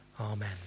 amen